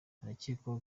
arakekwaho